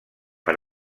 per